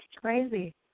crazy